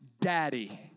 Daddy